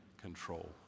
control